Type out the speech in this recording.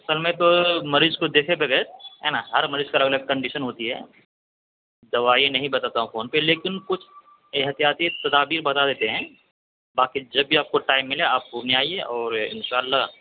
سر میں تو مریض کو دیکھے بغیر ہے نا ہر مریض کا الگ الگ کنڈیشن ہوتی ہے دوائی نہیں بتاتا ہوں فون پہ لیکن کچھ احتیاطی تدابیر بتا دیتے ہیں باقی جب بھی آپ کو ٹائم ملے آپ پورنیہ آئیے اور ان شاء اللہ